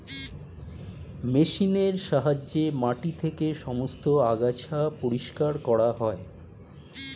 মেশিনের সাহায্যে মাটি থেকে সমস্ত আগাছা পরিষ্কার করা হয়